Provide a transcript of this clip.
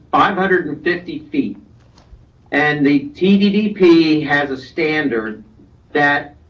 um hundred and fifty feet and the tddp has a standard that